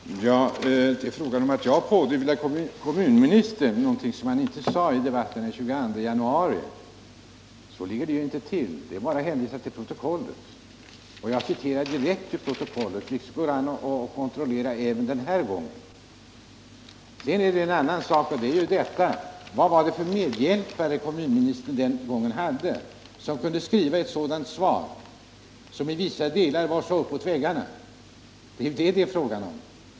Herr talman! Det är inte fråga om att jag har pådyvlat kommunministern någonting som han inte sade i debatten den 22 januari — så ligger det inte till. Jag kan hänvisa till protokollet, som jag citerade direkt ur. Det går an att kontrollera detta även denna gång. Men vad hade kommunministern för medhjälpare den gången, som kunde skriva ett svar som i vissa delar var så uppåt väggarna — det är det frågan gäller.